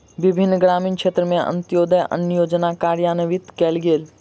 विभिन्न ग्रामीण क्षेत्र में अन्त्योदय अन्न योजना कार्यान्वित कयल गेल